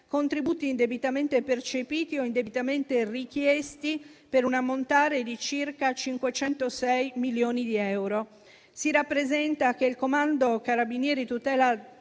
contributi indebitamente percepiti o indebitamente richiesti per un ammontare di circa 506 milioni di euro. Si rappresenta che il Comando dei carabinieri tutela